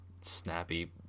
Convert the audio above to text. snappy